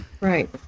Right